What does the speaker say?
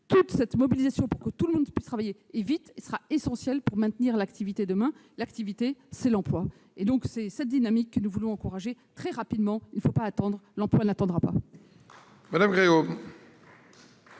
Cette mobilisation pour que tout le monde puisse travailler, et vite, sera essentielle pour maintenir l'activité : l'activité, c'est l'emploi ! Telle est la dynamique que nous voulons favoriser très rapidement : il ne faut pas attendre, car l'emploi n'attendra pas